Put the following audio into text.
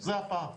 זה הפער,